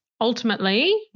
Ultimately